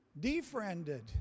defriended